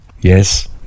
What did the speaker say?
Yes